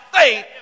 faith